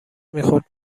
میخورد